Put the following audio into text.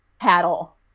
paddle